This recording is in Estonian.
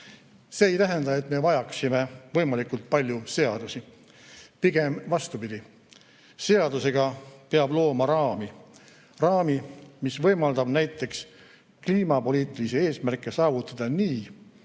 See ei tähenda, et me vajaksime võimalikult palju seadusi. Pigem vastupidi, seadusega peab looma raami – raami, mis võimaldab näiteks kliimapoliitilisi eesmärke saavutada nii,